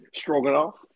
stroganoff